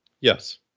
Yes